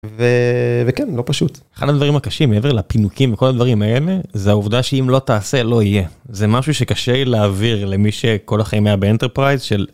וכן לא פשוט הדברים הקשים מעבר לפינוקים כל הדברים האלה זה העובדה שאם לא תעשה לא יהיה זה משהו שקשה להעביר למי שכל החיים היה באנטרפרייז של...